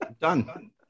done